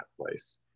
place